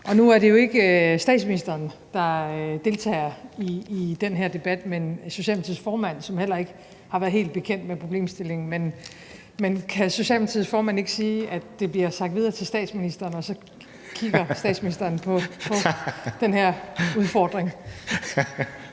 Nu er det jo ikke statsministeren, der deltager i den her debat, men Socialdemokratiets formand, som heller ikke har været helt bekendt med problemstillingen. Kan Socialdemokratiets formand ikke sige, at det bliver sagt videre til statsministeren, og så kigger statsministeren på den her udfordring?